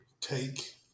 take